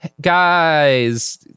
guys